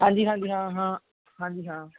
ਹਾਂਜੀ ਹਾਂਜੀ ਹਾਂ ਹਾਂ ਹਾਂਜੀ ਹਾਂ